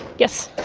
yes.